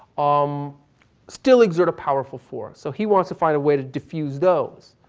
um still exert a powerful force. so he wants to find a way to diffuse those,